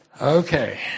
Okay